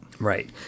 Right